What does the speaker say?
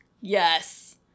Yes